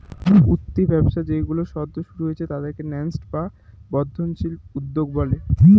উঠতি ব্যবসা যেইগুলো সদ্য শুরু হয়েছে তাদেরকে ন্যাসেন্ট বা বর্ধনশীল উদ্যোগ বলে